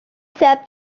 sat